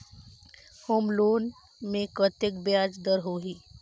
Home loan मे कतेक ब्याज दर होही?